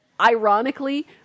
ironically